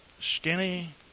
skinny